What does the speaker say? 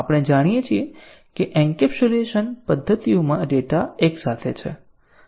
આપણે જાણીએ છીએ કે એન્કેપ્સ્યુલેશન પદ્ધતિઓમાં ડેટા એકસાથે છે